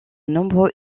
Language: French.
nombreux